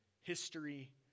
history